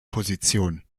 position